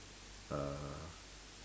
uh